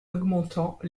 augmentant